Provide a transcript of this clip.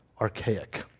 archaic